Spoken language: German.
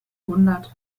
hundert